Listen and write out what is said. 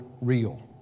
real